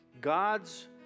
God's